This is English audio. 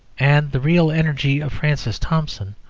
and the real energy of francis thompson,